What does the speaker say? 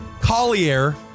Collier